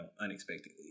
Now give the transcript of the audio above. unexpectedly